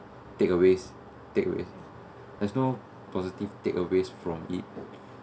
take away take away there's no positive take away from it